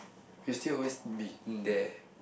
you still always being there